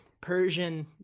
persian